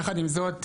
יחד עם זאת,